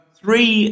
three